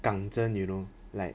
港蒸 you know like